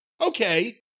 Okay